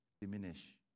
diminish